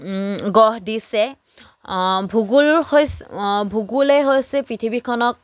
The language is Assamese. গঢ় দিছে ভূগোল হৈছ ভূগোলেই হৈছে পৃথিৱীখনক